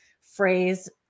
phrase